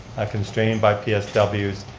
constrained by psws,